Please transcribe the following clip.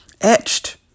etched